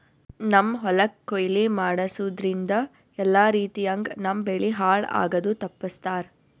ನಮ್ಮ್ ಹೊಲಕ್ ಕೊಯ್ಲಿ ಮಾಡಸೂದ್ದ್ರಿಂದ ಎಲ್ಲಾ ರೀತಿಯಂಗ್ ನಮ್ ಬೆಳಿ ಹಾಳ್ ಆಗದು ತಪ್ಪಸ್ತಾರ್